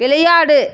விளையாடு